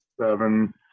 seven